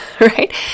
right